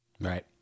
right